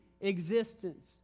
existence